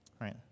Right